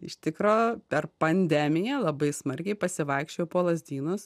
iš tikro per pandemiją labai smarkiai pasivaikščiojo po lazdynus